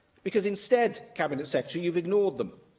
because instead, cabinet secretary, you've ignored them.